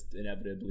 inevitably